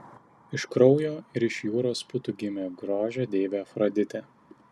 iš kraujo ir iš jūros putų gimė grožio deivė afroditė